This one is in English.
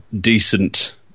decent